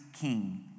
king